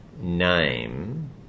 name